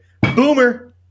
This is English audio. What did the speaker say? Boomer